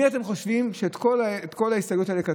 מי אתם חושבים שכתב את כל את כל ההסתייגויות האלה?